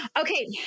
Okay